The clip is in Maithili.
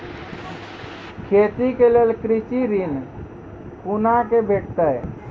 खेती के लेल कृषि ऋण कुना के भेंटते?